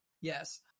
Yes